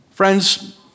friends